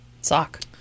Sock